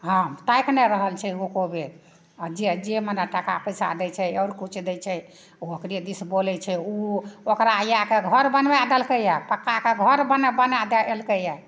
हँ ताकि नहि रहल छै ओ एक्को बेर आओर जे जे मने टाका पैसा दै छै आओर किछु दै छै ओहो ओकरे दिस बोलै छै ओ ओकरा इएह घर बनबाए देलकैया पक्काके घर बना बना देलकैया